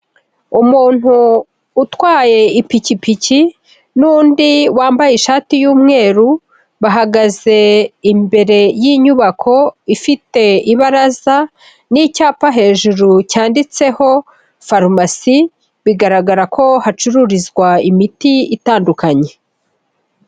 Umuntu utwaye ipikipiki n'undi wambaye ishati y'umweru, bahagaze imbere y'inyubako ifite ibaraza n'icyapa hejuru cyanditseho farumasi, bigaragara ko hacururizwa imiti itandukanye.